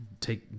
take